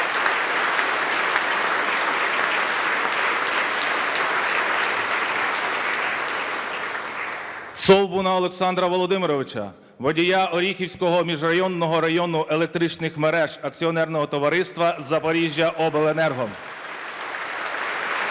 Цовбуна Олександра Володимировича, водія Оріхівського міжрайонного району електричних мереж акціонерного товариства "Запоріжжяобленерго"